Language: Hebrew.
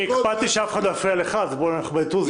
הקפדתי שאף אחד לא יפריע לך אז בואו נכבד את עוזי.